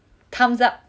thumbs up